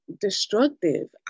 destructive